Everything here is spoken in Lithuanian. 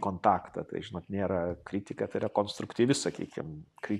kontaktą tai žinok nėra kritika tai yra konstruktyvi sakykim kai